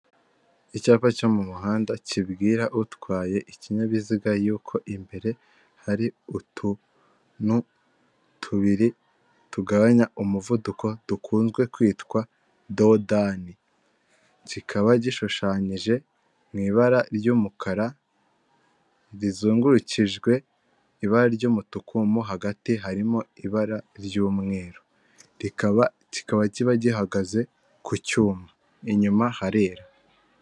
Icyapa cyo mu muhanda kibwira utwaye ikinyabiziga y’uko imbere hari utunu tubiri tugabanya umuvuduko dukunzwe kwitwa dodani. Kikaba gishushanyije mu ibara ry'umukara, rizengurukijwe ibara ry'umutuku mu hagati harimo ibara ry'umweru. Kikaba kiba gihagaze ku cyuma, inyuma harira.